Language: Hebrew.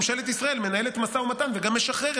ממשלת ישראל מנהלת משא ומתן וגם משחררת